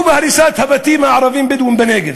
או בהריסת הבתים של הערבים הבדואים בנגב.